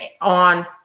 on